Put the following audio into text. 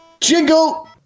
Jingle